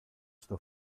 στο